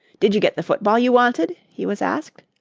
did you get the football you wanted? he was asked.